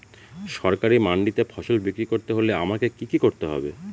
সরকারি মান্ডিতে ফসল বিক্রি করতে হলে আমাকে কি কি করতে হবে?